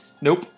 Nope